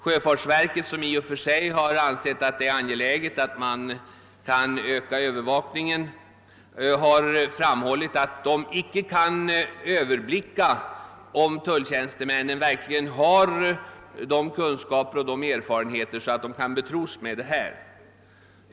Sjöfartsverket, som i och för sig ansett det angeläget att man ökar övervakningen, har framhållit att det icke kan överblicka om tulltjänstemännen verkligen har sådana kunskaper och erfarenheter att de kan anförtros uppgiften.